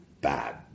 bad